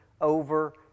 over